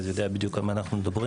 יודע בדיוק על מה אנחנו מדברים